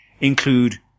include